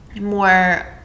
more